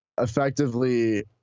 effectively